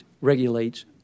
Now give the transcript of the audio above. regulates